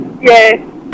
Yes